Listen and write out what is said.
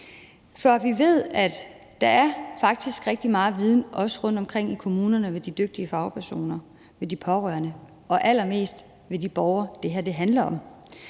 også, at der er rigtig meget viden rundtomkring i kommunerne og hos de dygtige fagpersoner og hos de pårørende og allermest hos de borgere, som det her handler om,